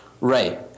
Right